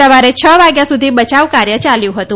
સવારે છ વાગ્યા સુધી બયાવ કાર્ય યાલ્યું હતું